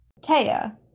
Taya